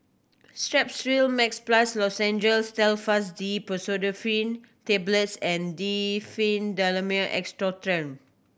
Strepsil Max Plus Lozenges Telfast D Pseudoephrine Tablets and Diphenhydramine Expectorant